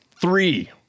Three